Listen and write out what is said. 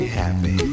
happy